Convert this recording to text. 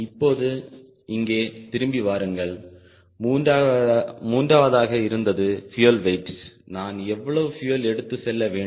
இப்போது இங்கே திரும்பி வாருங்கள் மூன்றாவதாக இருந்தது பியூயல் வெயிட் நான் எவ்வளவு பியூயல் எடுத்துச் செல்ல வேண்டும்